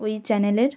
ওই চ্যানেলের